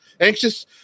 Anxious